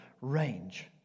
range